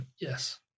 Yes